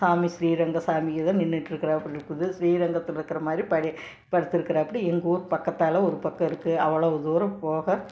சாமி ஸ்ரீரங்கம் சாமிக தான் நின்றுட்டு இருக்கிறாப்புல இருக்குது ஸ்ரீரங்கத்தில் இருக்கிற மாதிரி படி படுத்துருக்குறாப்படி எங்கூர்க்கு பக்கத்தில் ஒரு பக்கம் இருக்குது அவ்வளவு தூரம் போக